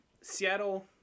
Seattle